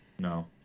no